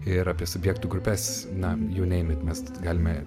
ir apie subjektų grupes na jų neimant mes galime